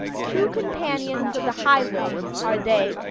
true companions of the highway are they,